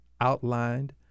outlined